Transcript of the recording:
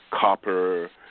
copper